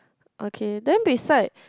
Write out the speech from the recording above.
okay then beside